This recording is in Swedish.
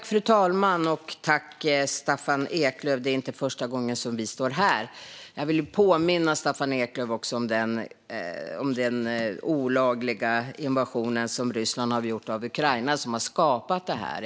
Fru talman! Det är inte första gången som Staffan Eklöf och jag står här. Jag vill påminna Staffan Eklöf om den olagliga invasion som Ryssland har gjort av Ukraina och som har skapat det här.